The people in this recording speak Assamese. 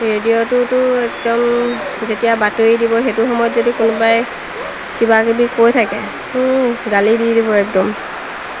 ৰেডিঅ'টোতো একদম যেতিয়া বাতৰি দিব সেইটো সময়ত যদি কোনোবাই কিবাকিবি কৈ থাকে গালি দি দিব একদম